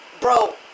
bro